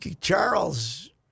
Charles